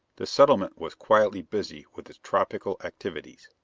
the settlement was quietly busy with its tropical activities.